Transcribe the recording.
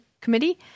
committee